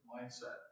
mindset